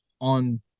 on